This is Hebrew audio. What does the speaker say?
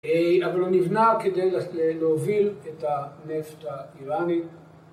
‫אבל הוא נבנה כדי להוביל ‫את הנפט האיראני.